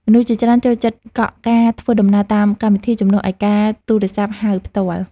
មនុស្សជាច្រើនចូលចិត្តកក់ការធ្វើដំណើរតាមកម្មវិធី ជំនួសឱ្យការទូរសព្ទហៅផ្ទាល់។